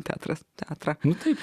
teatras teatras taip